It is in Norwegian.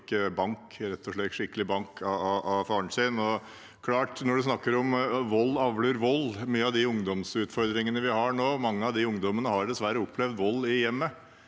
skikkelig bank, av faren hans. En snakker om at vold avler vold – i forbindelse med de ungdomsutfordringene vi har nå. Mange av de ungdommene har dessverre opplevd vold i hjemmet.